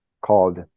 called